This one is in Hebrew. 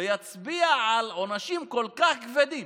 ויצביע על עונשים כל כך כבדים.